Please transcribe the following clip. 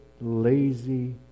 lazy